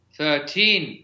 Thirteen